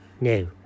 No